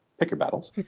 pick your battles.